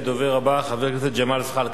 הדובר הבא, חבר הכנסת ג'מאל זחאלקה.